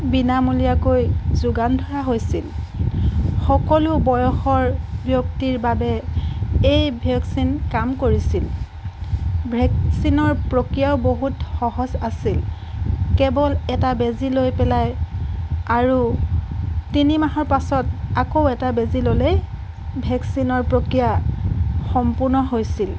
বিনামূলীয়াকৈ যোগান ধৰা হৈছিল সকলো বয়সৰ ব্যক্তিৰ বাবে এই ভেকচিন কাম কৰিছিল ভেকচিনৰ প্ৰক্ৰিয়াও বহুত সহজ আছিল কেৱল এটা বেজী লৈ পেলাই আৰু তিনি মাহৰ পাছত আকৌ এটা বেজী ল'লেই ভেকচিনৰ প্ৰক্ৰিয়া সম্পূৰ্ণ হৈছিল